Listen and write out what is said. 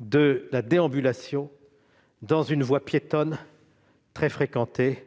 de la déambulation dans une voie piétonne très fréquentée.